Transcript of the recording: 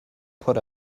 put